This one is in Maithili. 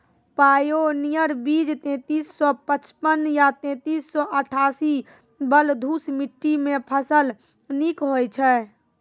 पायोनियर बीज तेंतीस सौ पचपन या तेंतीस सौ अट्ठासी बलधुस मिट्टी मे फसल निक होई छै?